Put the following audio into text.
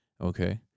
okay